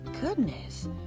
goodness